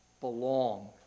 belong